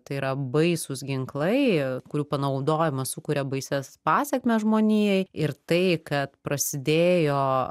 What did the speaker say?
tai yra baisūs ginklai kurių panaudojimas sukuria baisias pasekmes žmonijai ir tai kad prasidėjo